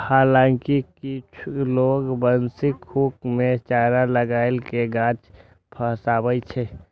हालांकि किछु लोग बंशीक हुक मे चारा लगाय कें माछ फंसाबै छै